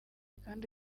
kandi